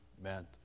meant